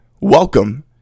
welcome